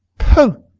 poh!